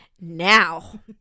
now